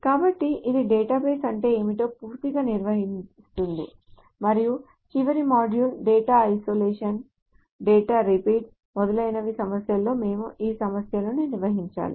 కాబట్టి ఇది డేటాబేస్ అంటే ఏమిటో పూర్తిగా నిర్వచిస్తుంది మరియు చివరి module data isolation data repeat మొదలైన సమస్యలలో మేము ఈ సమస్యలను నిర్వహించాలి